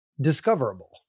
discoverable